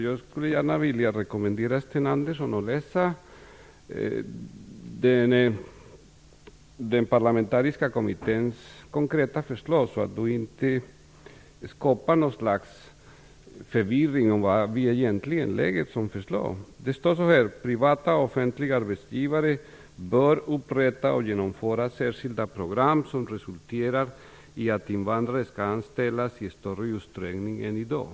Jag skulle gärna vilja rekommendera Sten Andersson att läsa kommitténs konkreta förslag; det får inte skapas något slags förvirring om vad det egentligen är för förslag vi lägger fram. Det står att privata och offentliga arbetsgivare bör upprätta och genomföra särskilda program som resulterar i att invandrare skall anställas i större utsträckning än i dag.